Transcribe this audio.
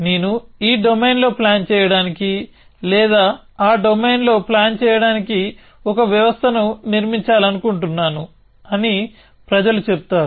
నేను ఈ డొమైన్లో ప్లాన్ చేయడానికి లేదా ఆ డొమైన్లో ప్లాన్ చేయడానికి ఒక వ్యవస్థను నిర్మించాలనుకుంటున్నాను అని ప్రజలు చెబుతారు